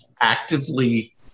actively